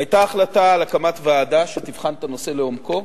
היתה החלטה על הקמת ועדה שתבחן את הנושא לעומקו